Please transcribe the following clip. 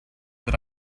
that